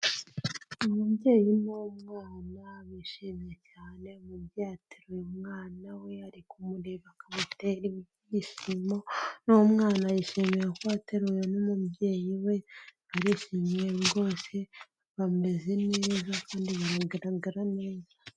Umubyeyi n'umwana bishimye cyane umubyeyi ateruye umwana we ari kumureba akamutera ibyishimo n'umwana yishimiyera ko yateruwe n'umubyeyi we, arishimye rwose bameze neza kandi bigaragara neza.